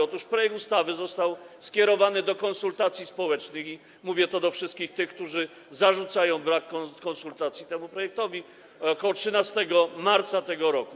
Otóż projekt ustawy został skierowany do konsultacji społecznych - i mówię to do wszystkich tych, którzy zarzucają brak konsultacji temu projektowi - ok. 13 marca tego roku.